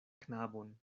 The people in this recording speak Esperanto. knabon